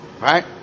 Right